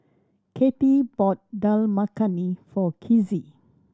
Kathey bought Dal Makhani for Kizzy